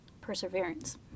perseverance